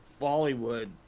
Bollywood